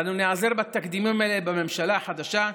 אנו ניעזר בתקדימים האלה בממשלה החדשה,